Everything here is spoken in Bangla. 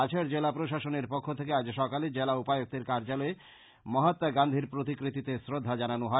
কাছাড় জেলা প্রশাসনের পক্ষ থেকে আজ সকালে জেলা উপায়ুক্তের কার্য্যলয়ে মহাআ গান্ধীর প্রতিকৃতিতে শ্রদ্ধা জানানো হয়